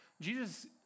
Jesus